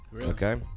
okay